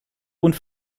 und